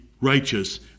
righteous